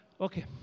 Okay